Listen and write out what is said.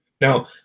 Now